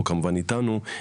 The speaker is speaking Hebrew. כמובן איתנו,